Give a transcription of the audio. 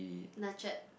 nurtured